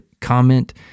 comment